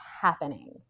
happening